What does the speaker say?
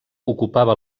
ocupava